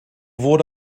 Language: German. wurde